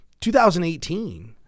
2018